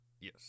Yes